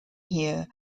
here